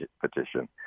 petition